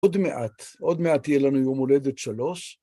עוד מעט, עוד מעט תהיה לנו יום הולדת שלוש.